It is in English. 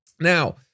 Now